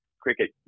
cricket